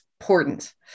important